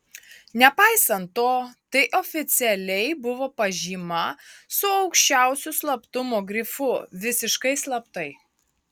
nepaisant to tai oficialiai buvo pažyma su aukščiausiu slaptumo grifu visiškai slaptai